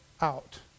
out